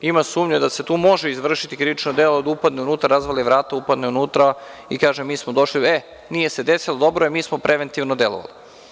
Ima sumnja da se tu može izvršiti krivično delo, onda upadne unutra, razvali vrata, upadne unutra i kaže – mi smo došli, e, nije se desilo, dobro je, mi smo preventivno delovali.